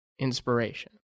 inspiration